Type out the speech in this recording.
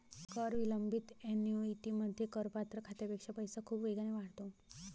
कर विलंबित ऍन्युइटीमध्ये, करपात्र खात्यापेक्षा पैसा खूप वेगाने वाढतो